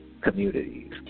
communities